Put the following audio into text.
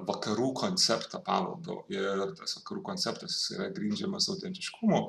vakarų konceptą paveldo ir tas vakarų konceptas yra grindžiamas autentiškumu